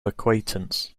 acquaintance